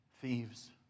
thieves